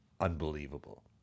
unbelievable